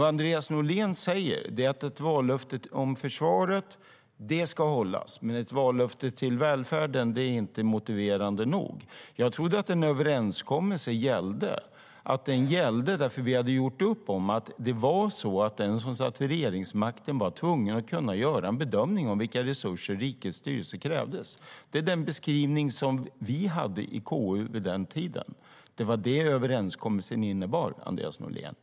Vad Andreas Norlén säger är att ett vallöfte om försvaret ska hållas men att ett vallöfte om välfärden inte är motiverande nog. Jag trodde att en överenskommelse gällde. Vi hade gjort upp om att den som satt vid regeringsmakten var tvungen att kunna göra en bedömning av vilka resurser rikets styrelse krävde. Det är den beskrivning vi hade i KU vid den tiden. Det var vad överenskommelsen innebar, Andreas Norlén.